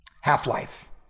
Half-Life